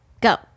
Go